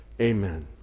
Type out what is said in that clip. amen